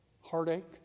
heartache